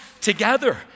together